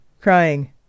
crying